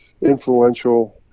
influential –